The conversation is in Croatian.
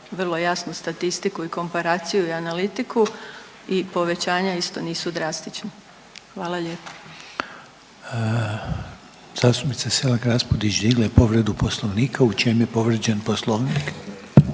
vrlo jasno statistiku i komparaciju i analitiku i povećanja isto nisu drastična. Hvala lijepo. **Reiner, Željko (HDZ)** Zastupnica Selak Raspudić digla je povredu Poslovnika. U čemu je povrijeđen Poslovnik?